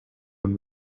when